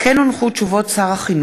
מוחמד ברכה,